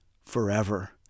forever